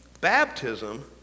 Baptism